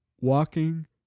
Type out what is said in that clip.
walking